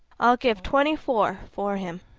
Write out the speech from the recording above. i'll give twenty-four for him.